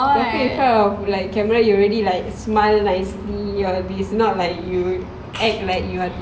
in front of camera you can really like smile nicely it's not like you act like your your